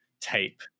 tape